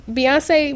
Beyonce